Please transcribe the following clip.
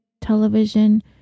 television